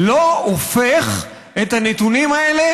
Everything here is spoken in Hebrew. זה לא הופך את הנתונים האלה